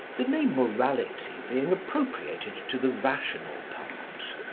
the name morality being appropriated to the rational part.